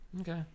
Okay